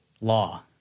law